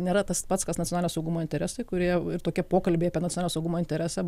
nėra tas pats kas nacionalinio saugumo interesai kurie ir tokie pokalbiai apie nacionalinio saugumo interesą